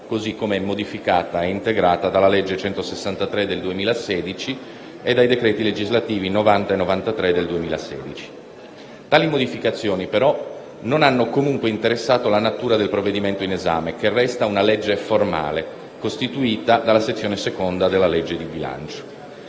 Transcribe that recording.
così come modificata e integrata dalla legge n. 163 del 2016 e dai decreti legislativi nn. 90 e 93 del 2016. Tali modificazioni, però, non hanno comunque interessato la natura del provvedimento in esame, che resta una legge formale, costituita dalla sezione II della legge di bilancio.